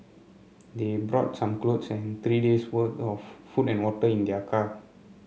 they brought some clothes and three days' worth of food and water in their car